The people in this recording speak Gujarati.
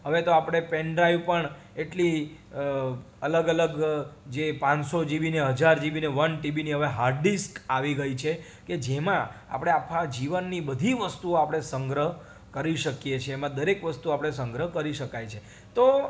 હવે તો આપણે પેનડ્રાઇવ પણ એટલી અલગ અલગ જે પાંચસો જીબી ને હજાર જીબી ને વન ટીબીની હવે હાર્ડડિસ્ક આવી ગઈ છે કે જેમાં આપણે આખા જીવનની બધી વસ્તુઓ આપણે સંગ્રહ કરી શકીએ છે એમાં દરેક વસ્તુ આપણે સંગ્રહ કરી શકાય છે તો